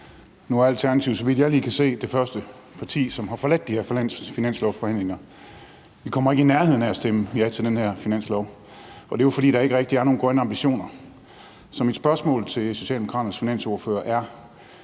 Nu er Alternativet, så vidt jeg kan se, det første parti, som har forladt de her finanslovsforhandlinger. Vi kommer ikke i nærheden af at stemme ja til det her forslag til finanslov, og det er jo, fordi der ikke rigtig er nogen grønne ambitioner. Så mit spørgsmål til Socialdemokraternes finansordfører er: